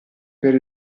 per